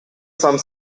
some